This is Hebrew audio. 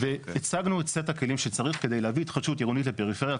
הצגנו את סט הכלים שצריך כדי להביא התחדשות עירונית לפריפריה.